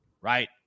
right